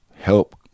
help